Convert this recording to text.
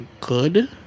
good